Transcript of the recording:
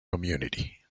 community